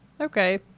Okay